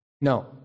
No